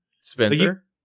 Spencer